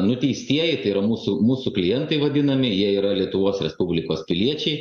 nuteistieji tai yra mūsų mūsų klientai vadinami jie yra lietuvos respublikos piliečiai